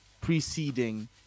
preceding